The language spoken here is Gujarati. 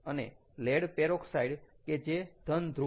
અને લેડ પેરોક્સાઈડ કે જે ધન ધ્રુવ છે